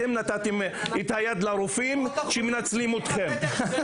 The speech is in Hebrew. אתם נתתם את היד לרופאים שהם מנצלים אתכם,